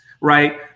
right